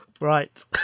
Right